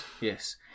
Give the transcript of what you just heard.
yes